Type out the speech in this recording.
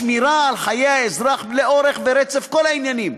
השמירה על חיי האזרח לאורך ורצף כל העניינים,